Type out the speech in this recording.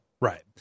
Right